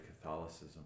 Catholicism